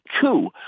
coup